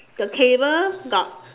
the table got